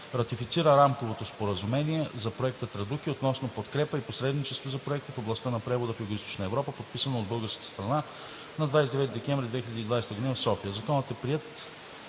ратифициране на Рамково споразумение за Проекта „Традуки“ относно подкрепа и посредничество за проекти в областта на превода в Югоизточна Европа, подписано от българската страна на 29 декември 2020 г. в София, №